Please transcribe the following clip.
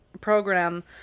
program